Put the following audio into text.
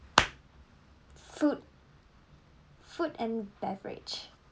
food food and beverage